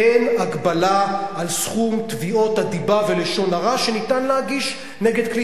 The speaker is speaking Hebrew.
אין הגבלה על סכום תביעות הדיבה ולשון הרע שניתן להגיש נגד כלי